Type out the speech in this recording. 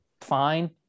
fine